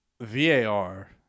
VAR